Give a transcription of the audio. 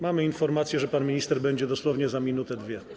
Mamy informację, że pan minister będzie dosłownie za minutę, 2 minuty.